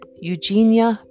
Eugenia